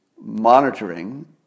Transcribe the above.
monitoring